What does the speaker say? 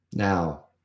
Now